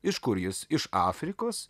iš kur jis iš afrikos